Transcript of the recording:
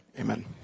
Amen